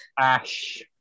Ash